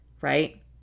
Right